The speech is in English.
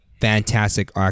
fantastic